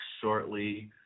shortly